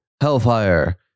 hellfire